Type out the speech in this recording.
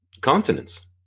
continents